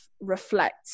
reflect